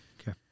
okay